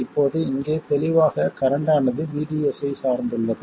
இப்போது இங்கே தெளிவாக கரண்ட் ஆனது VDS ஐச் சார்ந்துள்ளது